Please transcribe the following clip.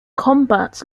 combat